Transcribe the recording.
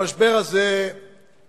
המשבר הזה ייפתר,